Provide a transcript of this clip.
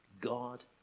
God